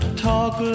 talk